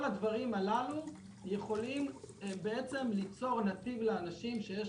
כל הדברים הללו יכולים ליצור נתיב לאנשים שיש